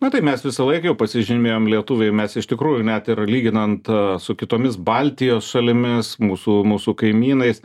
na tai mes visąlaik jau pasižymėjom lietuviai mes iš tikrųjų net ir lyginant su kitomis baltijos šalimis mūsų mūsų kaimynais